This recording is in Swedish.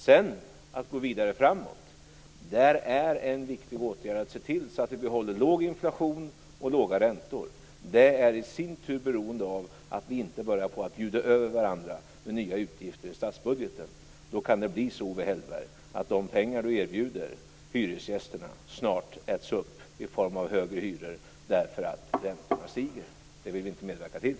När vi sedan går vidare framåt är det en viktig åtgärd att se till att vi behåller låg inflation och låga räntor. Det är i sin tur beroende av att vi inte börjar bjuda över varandra med nya utgifter i statsbudgeten. Då kan det bli så att de pengar som Owe Hellberg erbjuder hyresgästerna snart äts upp i form av högre hyror därför att räntorna stiger. Det vill vi inte medverka till.